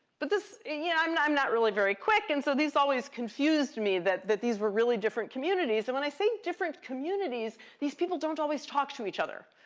but yeah um i'm not really very quick, and so these always confused me that that these were really different communities. and when i say different communities, these people don't always talk to each other.